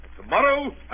Tomorrow